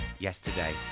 Yesterday